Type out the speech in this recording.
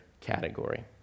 category